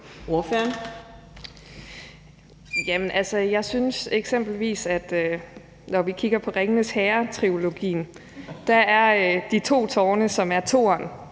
altså, jeg synes eksempelvis, at når vi kigger på Ringenes Herre-trilogien, er »De to Tårne«, som er toeren,